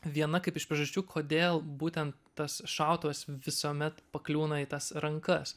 viena kaip iš priežasčių kodėl būtent tas šautuvas visuomet pakliūna į tas rankas